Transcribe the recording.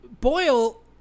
Boyle